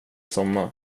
somna